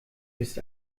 bist